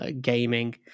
gaming